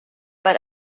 but